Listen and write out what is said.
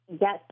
Yes